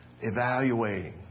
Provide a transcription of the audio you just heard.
evaluating